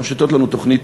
ומושיטות לנו תוכנית